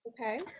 Okay